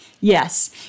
Yes